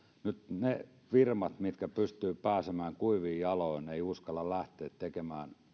ne firmat mitkä pystyvät pääsemään kuivin jaloin eivät uskalla lähteä tekemään